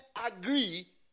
agree